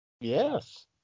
Yes